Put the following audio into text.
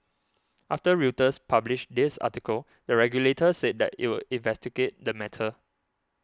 after Reuters published this article the regulator said that it would investigate the matter